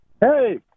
Hey